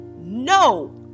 no